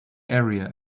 area